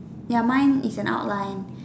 ya mine is an outline